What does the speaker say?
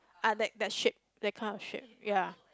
ah that that shape that kind of shape ya